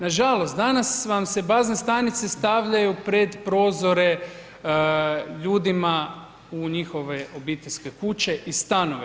Nažalost, danas vam se bazne stanice stavljaju pred prozore ljudima u njihove obiteljske kuće i stanove.